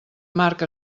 marc